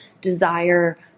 desire